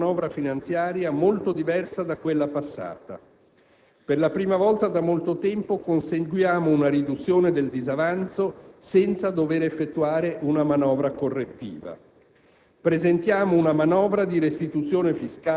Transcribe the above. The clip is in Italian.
Oggi possiamo così presentare una manovra finanziaria molto diversa da quella passata. Per la prima volta da molto tempo conseguiamo una riduzione del disavanzo, senza dover effettuare una manovra correttiva.